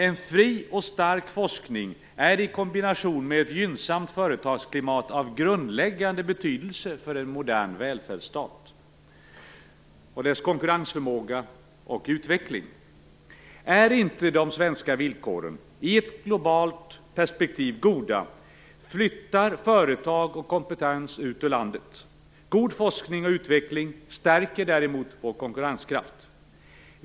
En fri och stark forskning är i kombination med ett gynnsamt företagsklimat av grundläggande betydelse för en modern välfärdsstat och dess konkurrensförmåga och utveckling. Är inte de svenska villkoren i ett globalt perspektiv goda flyttar företag och kompetens ut ur landet. God forskning och utveckling stärker däremot vår konkurrenskraft.